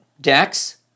Dex